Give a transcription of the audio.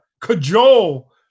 cajole